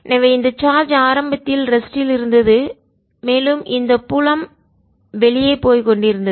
எனவே இந்த சார்ஜ் ஆரம்பத்தில் ரெஸ்ட் ல் இருந்தது மேலும் இந்த புலம் வெளியே போய்க் கொண்டிருந்தது